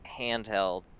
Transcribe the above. handheld